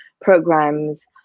programs